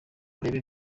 urebe